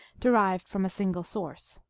derived from a single source.